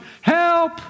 Help